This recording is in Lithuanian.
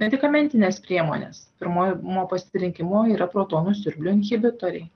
medikamentines priemones pirmoji mo pasirinkimu yra protonų siurblio inhibitoriai